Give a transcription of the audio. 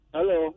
Hello